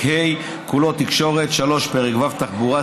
ה' כולו (תקשורת); 3. פרק ו' (תחבורה),